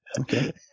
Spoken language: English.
okay